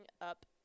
up